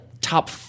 top